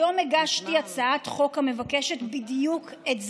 היום הגשתי הצעת חוק המבקשת בדיוק את זה.